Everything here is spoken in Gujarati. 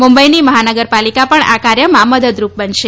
મુંબઈની મહાનગરપાલિકા પણ આ કાર્યમાં મદદરૂપ બનશે